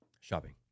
Shopping